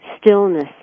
stillness